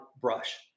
brush